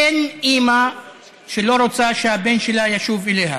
אין אימא שלא רוצה שהבן שלה ישוב אליה,